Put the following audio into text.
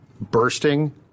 bursting